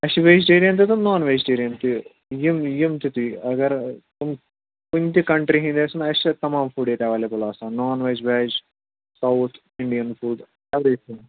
اَسہِ چھِ ویجٹیریَن تہِ تہٕ نان ویجٹیریَن تہِ یِم یِم تہِ تُہۍ اگر تِم کُنہِ تہِ کَنٹری ہٕنٛدۍ آسہِ نہٕ اَسہِ چھِ تَمام فُڈ ییٚتہِ ایویلیبٕل آسان non veg veg south Indian food every ٹھِنٛگ